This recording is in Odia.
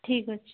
ଠିକ୍ ଅଛି